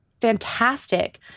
fantastic